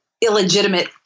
illegitimate